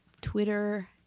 Twitter